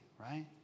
right